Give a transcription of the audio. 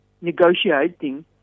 negotiating